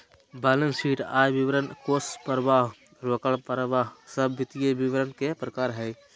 balance sheet, आय विवरण, कोष परवाह, रोकड़ परवाह सब वित्तीय विवरण के प्रकार हय